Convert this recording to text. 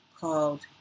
called